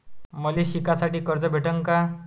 मले शिकासाठी कर्ज भेटन का?